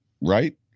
right